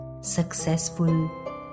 successful